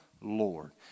Lord